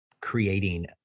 creating